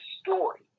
story